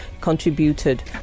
contributed